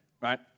right